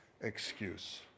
excuse